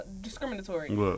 discriminatory